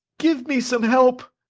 give me some help.